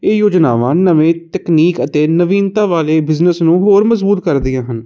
ਇਹ ਯੋਜਨਾਵਾਂ ਨਵੇਂ ਟੈਕਨੀਕ ਅਤੇ ਨਵੀਨਤਾ ਵਾਲੇ ਬਿਜਨਸ ਨੂੰ ਹੋਰ ਮਜ਼ਬੂਤ ਕਰਦੀਆਂ ਹਨ